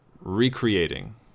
recreating